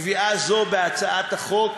קביעה זו בהצעת החוק